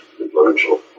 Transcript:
influential